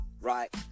right